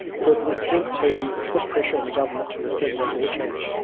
so it's an attempt to put pressure on the government to rescind that law change.